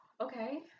Okay